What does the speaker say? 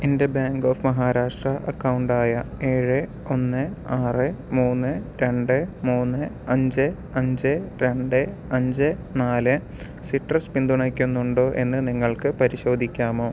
എൻ്റെ bank of Maharashtra account ആയ ഏഴ് ഒന്ന് ആറ് മൂന്ന് രണ്ട് മൂന്ന് അഞ്ച് അഞ്ച് രണ്ട് അഞ്ച് നാല് സിട്രസ് പിന്തുണയ്ക്കുന്നുണ്ടോ എന്ന് നിങ്ങൾക്ക് പരിശോധിക്കാമോ